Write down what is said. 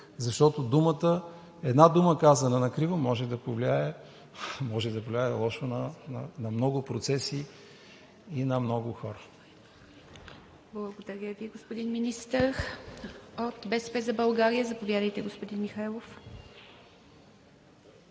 защото една дума, казана накриво, може да повлияе лошо на много процеси и на много хора.